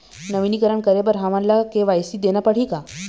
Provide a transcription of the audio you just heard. नवीनीकरण करे बर हमन ला के.वाई.सी देना पड़ही का?